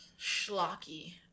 Schlocky